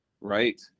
right